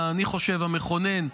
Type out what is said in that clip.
אני חושב המכונן,